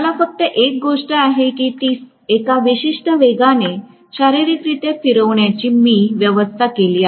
मला फक्त एक गोष्ट आहे की ती एका विशिष्ट वेगाने शारीरिकरित्या फिरवण्याची मी व्यवस्था केली आहे